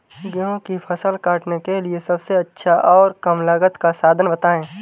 गेहूँ की फसल काटने के लिए सबसे अच्छा और कम लागत का साधन बताएं?